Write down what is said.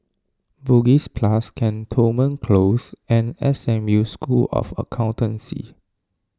Bugis Plus Cantonment Close and S M U School of Accountancy